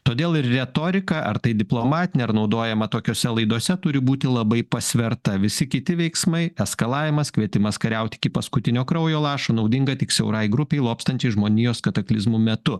todėl ir retorika ar tai diplomatinė ar naudojama tokiose laidose turi būti labai pasverta visi kiti veiksmai eskalavimas kvietimas kariauti iki paskutinio kraujo lašo naudinga tik siaurai grupei lobstančiai žmonijos kataklizmų metu